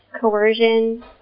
coercion